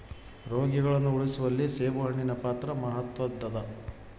ರೋಗಿಗಳನ್ನು ಉಳಿಸುವಲ್ಲಿ ಸೇಬುಹಣ್ಣಿನ ಪಾತ್ರ ಮಾತ್ವದ್ದಾದ